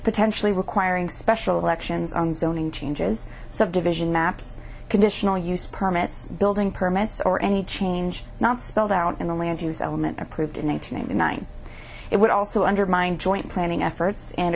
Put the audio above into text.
potentially requiring special elections on zoning changes subdivision maps conditional use permits building permits or any change not spelled out in the land use element approved in one thousand and nine it would also undermine joint planning efforts and